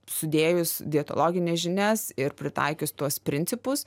sudėjus dietologines žinias ir pritaikius tuos principus